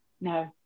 No